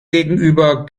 gegenüber